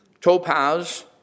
Topaz